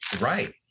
Right